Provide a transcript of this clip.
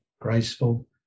graceful